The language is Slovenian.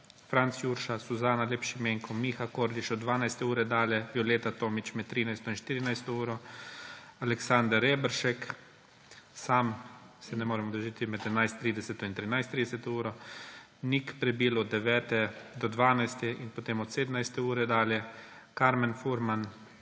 Franc Jurša, Suzana Lep Šimenko, Miha Kordiš od 12. ure dalje, Violeta Tomić med 13. in 14. uro, Aleksander Reberšek, sam se ne morem udeležiti seje med 11.30 in 13.30, Nik Prebil od 9. do 12. ure in potem od 17. ure dalje, Karmen Furman,